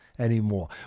anymore